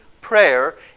prayer